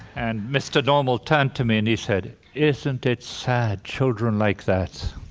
and mr. normal turned to me and he said, isn't it sad, children like that.